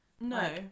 No